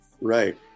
right